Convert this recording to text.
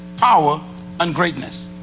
power and greatness.